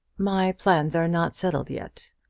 my plans are not settled yet.